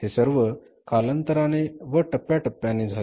हे सर्व कालांतराने व टप्प्याटप्प्याने झाले